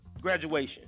graduation